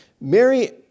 Mary